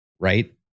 Right